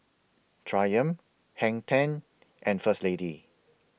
Triumph Hang ten and First Lady